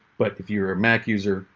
but if you're a mac user,